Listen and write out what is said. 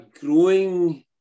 growing